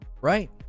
right